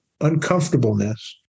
uncomfortableness